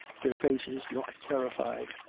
their faces looked terrified.